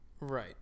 Right